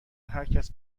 هرکس